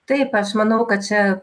taip aš manau kad čia